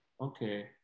Okay